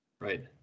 Right